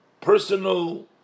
personal